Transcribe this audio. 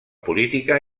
política